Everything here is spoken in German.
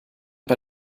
bei